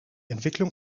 entwicklung